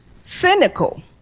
cynical